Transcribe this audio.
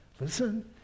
listen